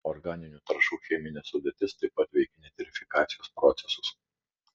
organinių trąšų cheminė sudėtis taip pat veikia nitrifikacijos procesus